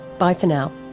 bye for now